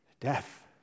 death